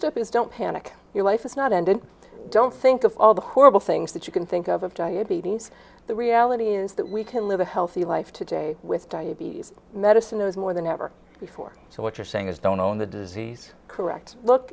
up is don't panic your life is not ended don't think of all the horrible things that you can think of of diabetes the reality is that we can live a healthy life today with diabetes medicine those more than ever before so what you're saying is don't own the disease correct look